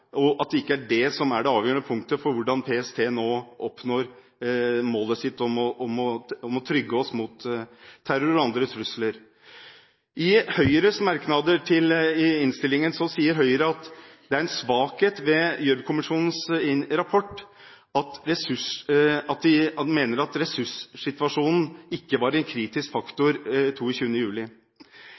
og at det ikke er det som er det avgjørende punktet for hvordan PST nå oppnår målet sitt om å trygge oss mot terror og andre trusler. I Høyres merknader i innstillingen sier Høyre at det er en svakhet ved Gjørv-kommisjonens rapport at den mener at ressurssituasjonen ikke var en kritisk faktor 22. juli.